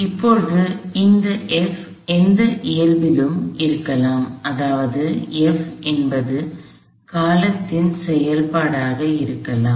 எனவே இப்போது இந்த F எந்த இயல்பிலும் இருக்கலாம் அதாவது F என்பது காலத்தின் செயல்பாடாக இருக்கலாம்